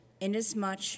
inasmuch